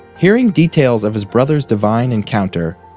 hearing details of his brother's divine encounter,